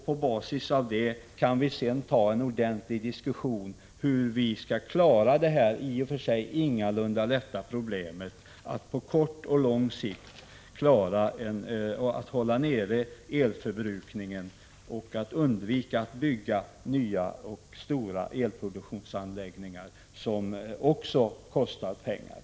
På basis av den kan vi sedan ta en ordentlig diskussion om hur vi skall lösa det i och för sig ingalunda enkla problemet att på kort och lång sikt hålla nere elförbrukningen och undvika — Prot. 1985/86:124 att bygga nya stora elproduktionsanläggningar, som också kostar pengar.